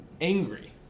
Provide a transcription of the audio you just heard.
angry